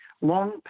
long